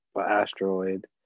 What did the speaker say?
asteroid